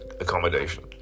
accommodation